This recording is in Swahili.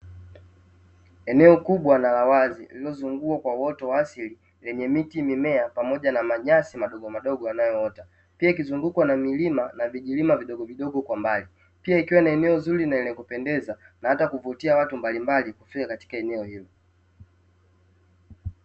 Eneo kubwa na la wazi lililozungukwa kwa uoto wa asili lenye miti, mimea pamoja na manyasi madogo madogo yanayoota. Pia ikizungukwa na milima na vijilima vidogo vidogo kwa mbali. Pia ikiwa na eneo zuri naa lenye kupendeza, na hata kuvutia watu mbalimbali kufika katika eneo hilo.